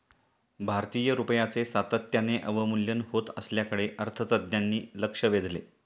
भारतीय रुपयाचे सातत्याने अवमूल्यन होत असल्याकडे अर्थतज्ज्ञांनी लक्ष वेधले